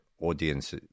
audience